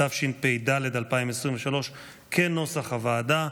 התשפ"ד 2023, כנוסח הוועדה.